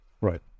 right